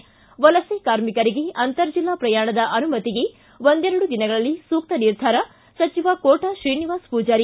ಿ ವಲಸೆ ಕಾರ್ಮಿಕರಿಗೆ ಅಂತರ್ ಜಿಲ್ಲಾ ಪ್ರಯಾಣದ ಅನುಮತಿಗೆ ಒಂದೆರಡು ದಿನಗಳಲ್ಲಿ ಸೂಕ್ತ ನಿರ್ಧಾರ ಸಚಿವ ಕೋಟ ಶ್ರೀನಿವಾಸ ಪೂಜಾರಿ